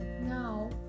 Now